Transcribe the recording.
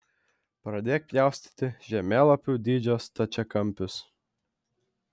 pradėk pjaustyti žemėlapių dydžio stačiakampius